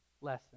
lesson